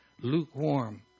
lukewarm